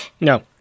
No